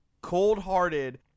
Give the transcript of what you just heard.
Cold-hearted